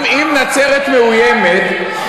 אם נצרת מאוימת,